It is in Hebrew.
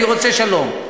אני רוצה שלום.